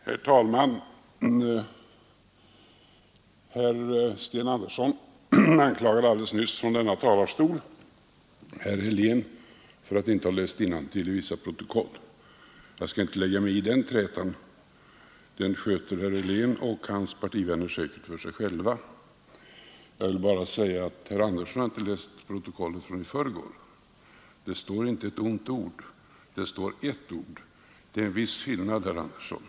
Herr talman! Herr Sten Andersson anklagade alldeles nyss från denna talarstol herr Helén för att inte ha läst innantill i vissa protokoll. Jag skall inte lägga mig i den trätan. Den sköter herr Helén och hans partivänner säkert för sig själva. Jag vill bara säga att herr Andersson har inte läst protokollet från i förrgår. Det står inte ”ett ont ord”, utan det ”ett ord”. Det är en viss skillnad, herr Andersson.